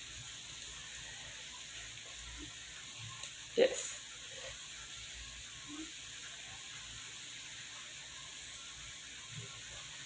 yes